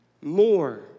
more